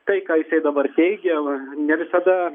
tai ką jisai dabar teigia ne visada